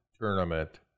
tournament